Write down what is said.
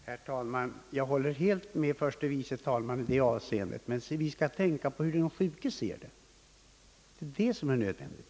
Herr talman! Jag håller helt med herr förste vice talmannen i det avseendet. Men vi skall tänka på hur den sjuke ser det. Det är det som är det viktiga.